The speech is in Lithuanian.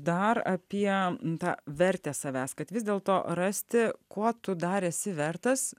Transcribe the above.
dar apie tą vertę savęs kad vis dėlto rasti kuo tu dar esi vertas